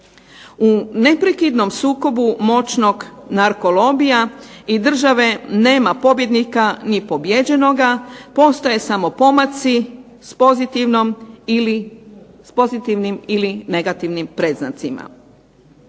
U neprekidnom sukobu moćnog narko lobija i države nema pobjednika ni pobijeđenoga, postoje samo pomaci s pozitivnim ili negativnim predznacima.